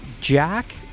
Jack